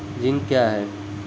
Zinc क्या हैं?